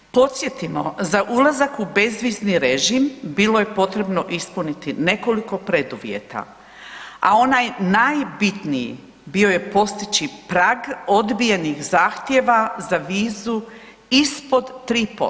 Podsjetimo, za ulazak u bezvizni režim bilo je potrebno ispuniti nekoliko preduvjeta, a onaj najbitniji bio je postići prag odbijenih zahtjeva za vizu ispod 3%